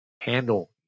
handle